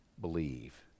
believe